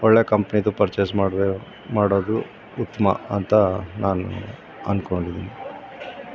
ಒಳ್ಳೆಯ ಕಂಪ್ನಿದು ಪರ್ಚೇಸ್ ಮಾಡ್ಬೇ ಮಾಡೋದು ಉತ್ತಮ ಅಂತ ನಾನು ಅಂದ್ಕೊಂಡಿದೀನಿ